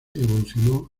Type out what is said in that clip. evolucionó